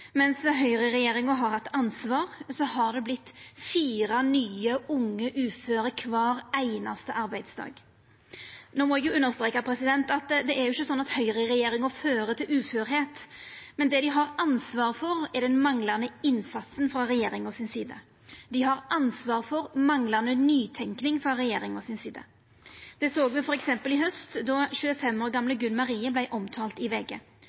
høgreregjeringa har hatt ansvar, har det vorte fire nye unge uføre kvar einaste arbeidsdag. No må eg understreka at det ikkje er slik at høgreregjeringa fører til uførheit, men det dei har ansvar for, er den manglande innsatsen frå regjeringas side. Dei har ansvar for manglande nytenking frå regjeringas side. Det såg vi f.eks. i haust då den 25 år gamle Gun Marie vart omtalt i